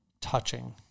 touching